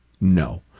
No